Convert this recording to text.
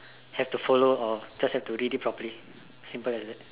have to follow or just have to read it properly it is as simple as that